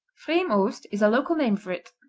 frimost is a local name for it.